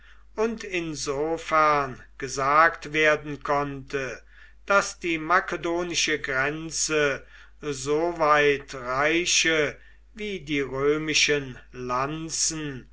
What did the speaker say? und insofern gesagt werden konnte daß die makedonische grenze so weit reiche wie die römischen lanzen